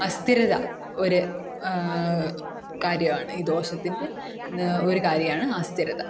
അസ്ഥിരത ഒരു കാര്യമാണ് ഈ ദോഷത്തിൻ്റെ ഒരു കാര്യമാണ് അസ്ഥിരത